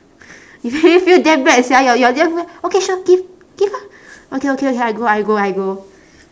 you make me feel damn bad sia you're you're just okay sure give give ah okay okay okay I go I go I go